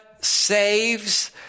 saves